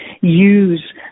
use